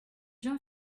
jean